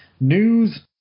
news